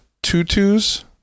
tutus